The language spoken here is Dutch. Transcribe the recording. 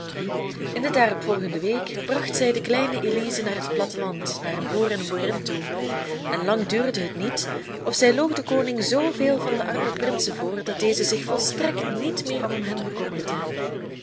in de daarop volgende week bracht zij de kleine elize naar het platteland naar een boer en een boerin toe en lang duurde het niet of zij loog den koning zooveel van de arme prinsen voor dat deze zich volstrekt niet meer om hen bekommerde